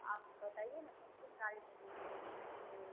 आप बताइए ना कौन कौन गाड़ी सब बेचतें हैं हमको तो